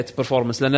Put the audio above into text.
performance